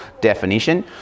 definition